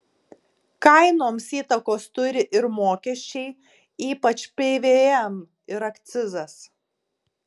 kainoms įtakos turi ir mokesčiai ypač pvm ir akcizas